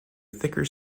thicker